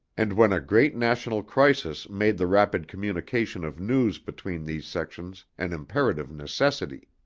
and when a great national crisis made the rapid communication of news between these sections an imperative necessity.